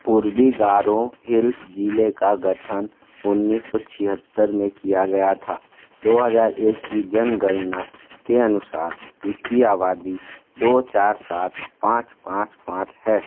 पूर्वी गारो हिल्ज़ ज़िले का गठन उन्नीस सौ छिहत्तर में किया गया था दो हज़ार एक की जनगणना के अनुसार इसकी आबादी दो चार सात पाँच पाँच पाँच है